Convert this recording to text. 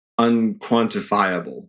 unquantifiable